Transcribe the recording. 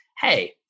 hey